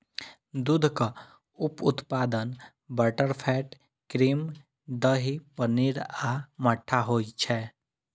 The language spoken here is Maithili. दूधक उप उत्पाद बटरफैट, क्रीम, दही, पनीर आ मट्ठा होइ छै